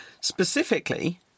Specifically